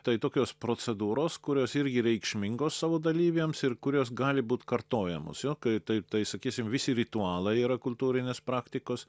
tai tokios procedūros kurios irgi reikšmingos savo dalyviams ir kurios gali būt kartojamos jo taip tai sakysim visi ritualai yra kultūrinės praktikos